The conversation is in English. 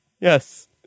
Yes